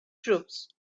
troops